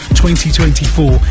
2024